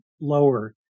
lower